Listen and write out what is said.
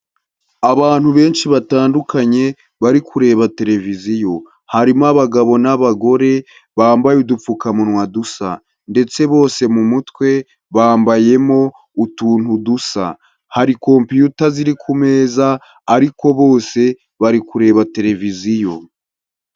Abantu benshi batandukanye bari kureba televiziyo, harimo abagabo n'abagore bambaye udupfukamunwa dusa, ndetse bose mu mutwe bambayemo utuntu dusa, hari kompiyuta ziri ku meza ariko bose bari kureba televiziyo.